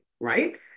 right